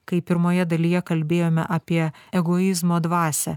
kai pirmoje dalyje kalbėjome apie egoizmo dvasią